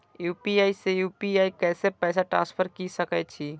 UPI से UPI पैसा transfer की सके छी?